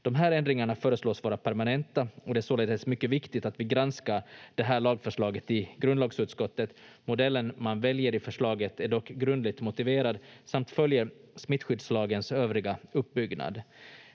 De här ändringarna föreslås vara permanenta och det är således mycket viktigt att vi granskar det här lagförslaget i grundlagsutskottet. Modellen man väljer i förslaget är dock grundligt motiverad samt följer smittskyddslagens övriga uppbyggnad.